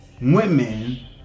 women